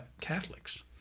Catholics